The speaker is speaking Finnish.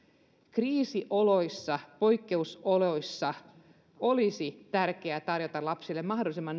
kriisioloissa poikkeusoloissa olisi tärkeää tarjota lapsille mahdollisimman